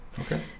Okay